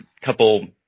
couple